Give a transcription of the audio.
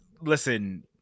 listen